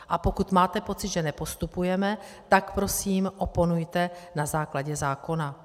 A pokud máte pocit, že nepostupujeme, tak prosím oponujte na základě zákona.